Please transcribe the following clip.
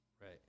Right